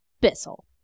Bissell